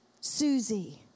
Susie